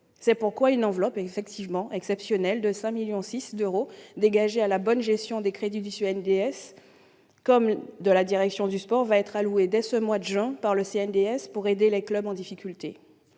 C'est pourquoi une enveloppe exceptionnelle de 5,6 millions d'euros, dégagée grâce à la bonne gestion des crédits du CNDS et de la direction des sports, va être allouée dès ce mois de juin par le CNDS aux clubs en difficulté.